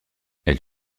elle